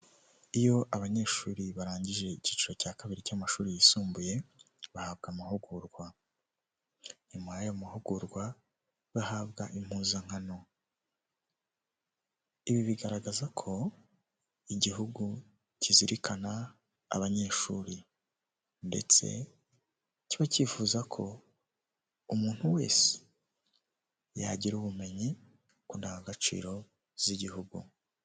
Iyo abanyeshuri barangije icyiciro cya kabiri cy'amashuri yisumbuye bahabwa amahugurwa, nyuma y'ayo mahugurwa bahabwa impuzankano, ibi bigaragaza ko igihugu kizirikana abanyeshuri ndetse kiba kifuza ko umuntu wese yagira ubumenyi ku ndangagaciro z'igihugu.